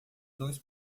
dois